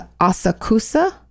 asakusa